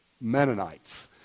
Mennonites